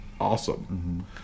awesome